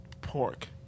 pork